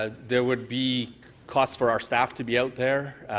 ah there would be costs for our staff to be out there,